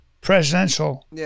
presidential